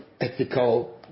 ethical